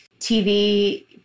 TV